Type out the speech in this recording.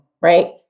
right